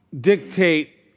dictate